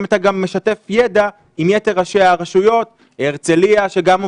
והאם אתה גם משתף ידע עם יתר ראשי הרשויות כמו הרצליה שגם היא